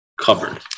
covered